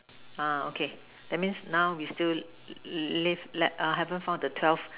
uh okay that means now we still leave left uh haven't find the twelve